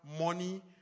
money